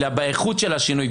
אלא באיכות של השינוי,